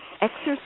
exercise